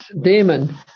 Damon